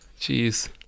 Jeez